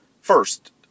First